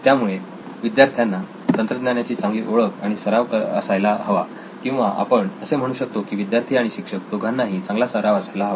त्यामुळे विद्यार्थ्यांना तंत्रज्ञानाची चांगली ओळख आणि सराव असायला हवा किंवा आपण असे म्हणू शकतो की विद्यार्थी आणि शिक्षक दोघांनाही चांगला सराव असायला हवा